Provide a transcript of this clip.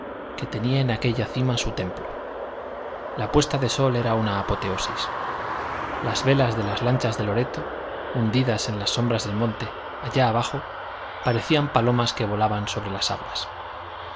que tenía en aquella cima su templo la puesta del sol era una apoteosis las velas de las lanchas de loreto hundidas en la sombra del monte allá abajo parecían palomas que volaban sobre las aguas